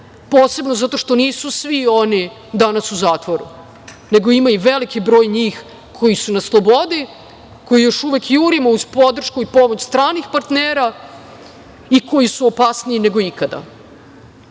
posebno zato što nisu svi oni danas u zatvoru, nego ima i veliki broj njih koji su na slobodi, koje još uvek jurimo uz podršku i pomoć stranih partnera i koji su opasniji nego ikada,